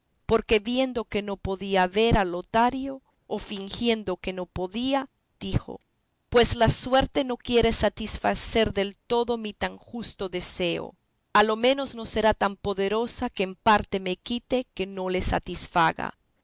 porque viendo que no podía haber a lotario o fingiendo que no podía dijo pues la suerte no quiere satisfacer del todo mi tan justo deseo a lo menos no será tan poderosa que en parte me quite que no le satisfaga